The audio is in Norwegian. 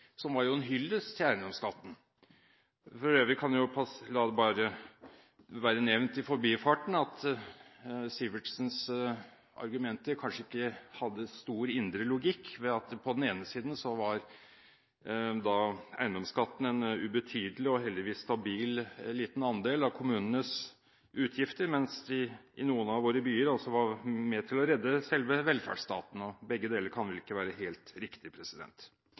som var en hyllest til eiendomsskatten. For øvrig kan jeg bare la det være nevnt i forbifarten at Sivertsens argumenter kanskje ikke hadde stor indre logikk ved at eiendomsskatten på ene siden var en ubetydelig og heldigvis stabil liten andel av kommunenes utgifter, mens den i noen av våre byer var med på å redde selve velferdsstaten. Begge deler kan vel ikke være helt riktig.